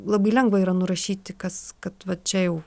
labai lengva yra nurašyti kas kad va čia jau